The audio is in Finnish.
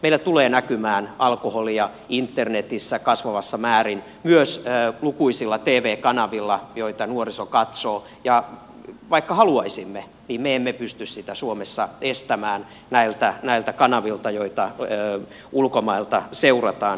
meillä tulee näkymään alkoholia internetissä kasvavassa määrin myös lukuisilla tv kanavilla joita nuoriso katsoo ja vaikka haluaisimme niin me emme pysty sitä suomessa estämään näiltä kanavilta joita ulkomailta seurataan